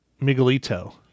Miguelito